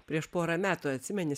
prieš porą metų atsimeni